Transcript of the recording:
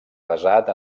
basat